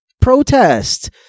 Protest